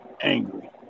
angry